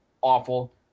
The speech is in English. awful